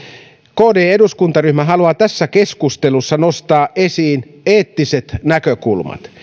kd eduskuntaryhmä haluaa tässä keskustelussa nostaa esiin eettiset näkökulmat